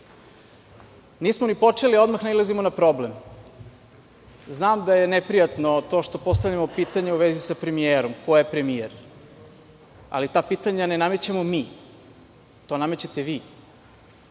ni počeli odmah, a nailazimo na problem. Znam da je neprijatno to što postavljamo pitanja u vezi sa premijerom. Ko je premijer? Ali, ta pitanja ne namećemo mi, to namećete vi.